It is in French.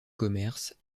commerce